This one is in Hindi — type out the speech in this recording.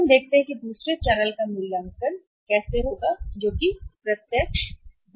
फिर हम देखते हैं दूसरे चैनल का मूल्यांकन जो प्रत्यक्ष विपणन है